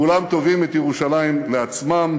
כולם תובעים את ירושלים לעצמם,